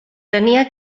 tenia